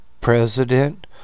President